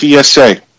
PSA